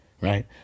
right